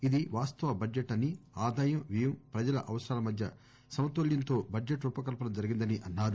ఇది వాస్తవ బడ్లెట్ అని ఆదాయం వ్యయం ప్రజల అవసరాల మధ్య సమతుల్యంతో బడ్లెట్ రూపకల్పన జరిగిందని అన్సారు